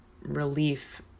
relief